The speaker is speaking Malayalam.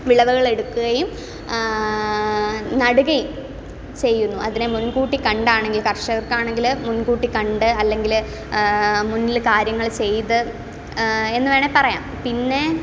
വിളവുകൾ എടുക്കുകയും നടുകയും ചെയ്യുന്നു അതിനെ മുൻകൂട്ടി കണ്ടാണെങ്കിലും കർഷകർക്കാണെങ്കിൽ മുൻകൂട്ടി കണ്ട് അല്ലെങ്കിൽ മുന്നിൽ കാര്യങ്ങൾ ചെയ്ത് എന്നുവേണേ പറയാം പിന്നെ